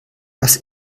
was